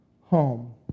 home